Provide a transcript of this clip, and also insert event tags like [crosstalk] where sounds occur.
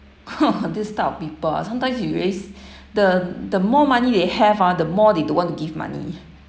[laughs] this type of people ah sometimes you rais~ the the more money they have ah the more they don't want to give money